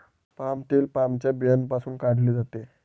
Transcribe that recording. palm तेल पामच्या बियांपासून काढले जाते